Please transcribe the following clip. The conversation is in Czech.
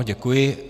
Děkuji.